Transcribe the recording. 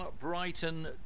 Brighton